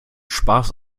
spaß